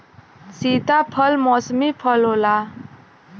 सीताफल मौसमी फल होला